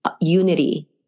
unity